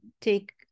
take